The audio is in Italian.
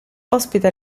ospita